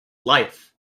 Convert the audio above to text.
life